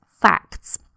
Facts